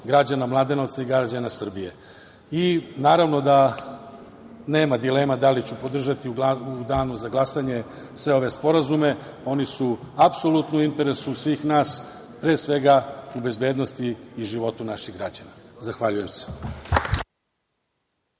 građana Mladenovca i građana Srbije. Naravno da nema dilema da li ću podržati u danu za glasanje sve ove sporazume, oni su apsolutno u interesu svih nas, pre svega u bezbednosti i životu naših građana. Zahvaljujem se.